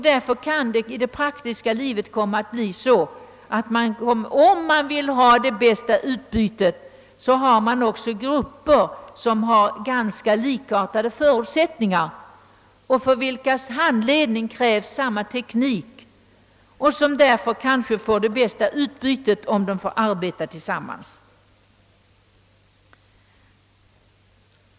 Därför kanske man i det praktiska livet får det bästa utbytet av denna verksamhet, om medlemmarna i de olika grupperna äger likartade förutsättningar och kräver samma teknik vid handledningen och därför också själva har det bästa utbytet av att arbeta tillsammans.